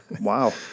Wow